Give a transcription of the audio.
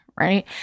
right